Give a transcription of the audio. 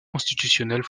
constitutionnel